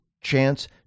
chance